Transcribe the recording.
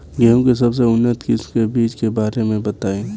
गेहूँ के सबसे उन्नत किस्म के बिज के बारे में बताई?